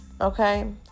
okay